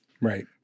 right